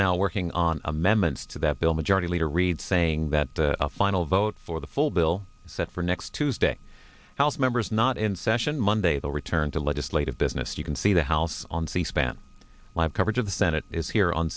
now working on amendments to that bill majority leader reid saying that a final vote for the full bill set for next tuesday house members not in session monday the return to legislative business you can see the house on c span live coverage of the senate is here on